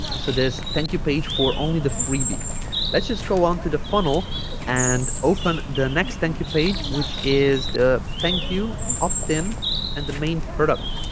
so this thank you page for only the freebie let's just go on to the funnel and open the next thank you page which is the thank you opt-in and the main product